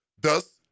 Thus